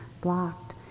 blocked